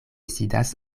sidas